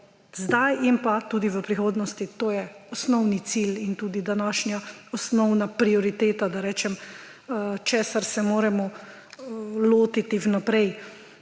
zdaj in pa tudi v prihodnosti. To je osnovni cilj in tudi današnja osnovna prioriteta, da rečem, česa se moramo lotiti naprej.